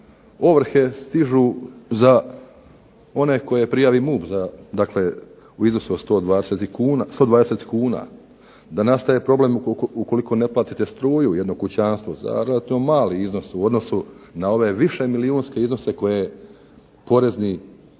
ovrhe stižu za one koje prijavi MUP dakle u iznosu od 120 kuna, da nastaje problem ukoliko ne platite struju za jedno kućanstvo, za relativno mali iznos u odnosu na ove višemilijunske iznose koje neki porezni